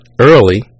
early